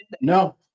No